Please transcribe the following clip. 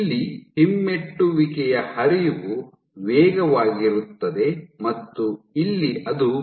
ಇಲ್ಲಿ ಹಿಮ್ಮೆಟ್ಟುವಿಕೆಯ ಹರಿವು ವೇಗವಾಗಿರುತ್ತದೆ ಮತ್ತು ಇಲ್ಲಿ ಅದು ನಿಧಾನವಾಗಿರುತ್ತದೆ